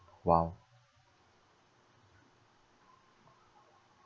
!wow!